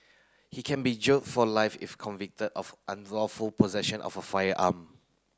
he can be jailed for life if convicted of unlawful possession of a firearm